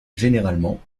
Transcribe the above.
généralement